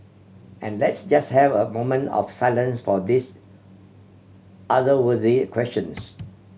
and let's just have a moment of silence for these otherworldly questions